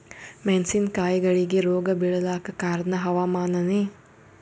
ಮೆಣಸಿನ ಕಾಯಿಗಳಿಗಿ ರೋಗ ಬಿಳಲಾಕ ಕಾರಣ ಹವಾಮಾನನೇ?